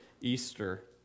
Easter